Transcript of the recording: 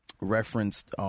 referenced